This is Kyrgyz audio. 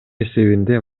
эсебинде